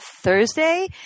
Thursday